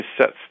sets